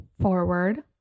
forward